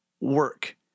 work